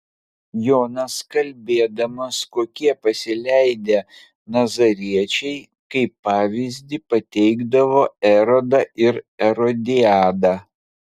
jonas kalbėdamas kokie pasileidę nazariečiai kaip pavyzdį pateikdavo erodą ir erodiadą